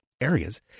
areas